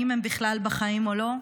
אם הם בכלל בחיים או לא,